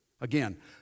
Again